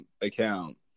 account